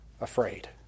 afraid